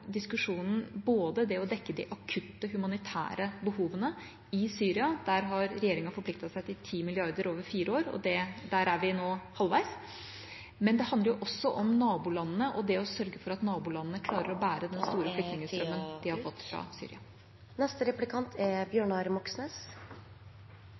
diskusjonen på det å dekke de akutte humanitære behovene i Syria – der har regjeringa forpliktet seg til 10 mrd. kr over fire år, og der er vi nå halvveis – men det handler også om nabolandene og om å sørge for at nabolandene klarer å bære den store flyktningstrømmen fra Syria.